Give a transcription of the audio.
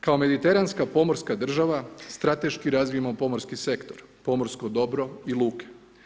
Kao mediteranska pomorska država strateški razvijamo pomorski sektor, pomorsko dobro i luke.